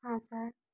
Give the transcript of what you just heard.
हाँ सर